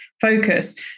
focus